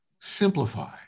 simplify